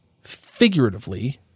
figuratively